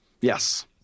Yes